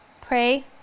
pray